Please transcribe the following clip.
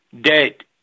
dead